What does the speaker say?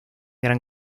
gran